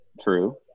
True